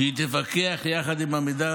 היא תפקח יחד עם עמידר,